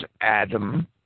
Adam